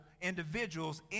individuals